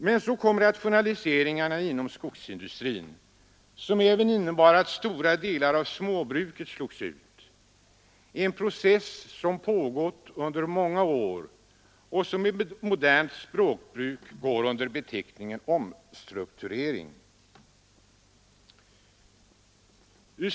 Men så kom rationaliseringarna inom skogsindustrin, som även innebar att stora delar av småbruket slogs ut i en process som pågått under många år och som med modernt språkbruk går under beteckningen omstrukturering.